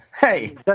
Hey